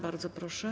Bardzo proszę.